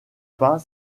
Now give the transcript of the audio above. pas